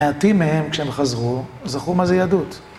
מעטים מהם כשהם חזרו, זכרו מה זה יהדות.